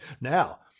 now